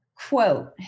quote